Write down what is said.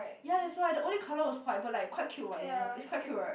ya that's why the only colour was white but like quite cute what you know it's like quite cute right